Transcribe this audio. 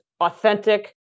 authentic